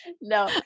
No